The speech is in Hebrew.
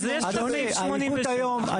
העדיפות היום,